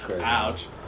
ouch